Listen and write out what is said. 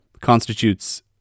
constitutes